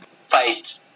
fight